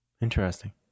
interesting